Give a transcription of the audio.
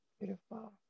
beautiful